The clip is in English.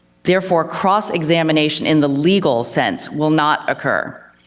therefore cross-examination in the legal sense will not occur,